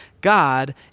God